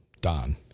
don